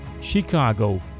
Chicago